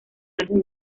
juntos